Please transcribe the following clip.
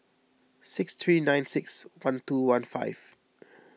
six three nine six one two one five